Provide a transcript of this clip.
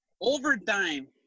Overtime